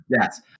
Yes